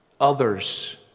others